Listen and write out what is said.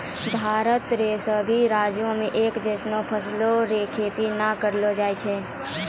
भारत रो सभी राज्य मे एक जैसनो फूलो रो खेती नै करलो जाय छै